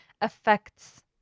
affects